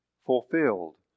fulfilled